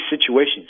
situations